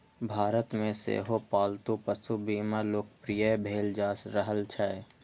भारत मे सेहो पालतू पशु बीमा लोकप्रिय भेल जा रहल छै